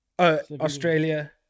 australia